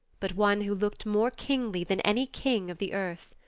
but one who looked more kingly than any king of the earth.